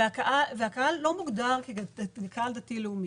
והקהל לא מוגדר כקהל דתי לאומי,